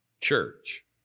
church